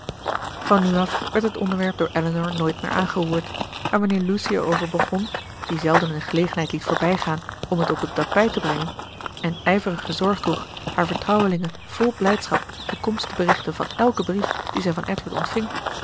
van nu af werd het onderwerp door elinor nooit meer aangeroerd en wanneer lucy erover begon die zelden een gelegenheid liet voorbijgaan om het op het tapijt te brengen en ijverig zorg droeg haar vertrouwelinge vol blijdschap de komst te berichten van elken brief dien zij van edward ontving